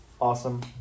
awesome